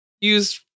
use